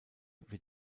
wird